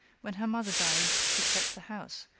when her mother died she kept the house,